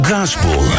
Gospel